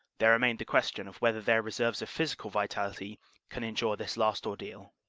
there remained the question of whether their reserves of physical vitality can endure this last ordeal.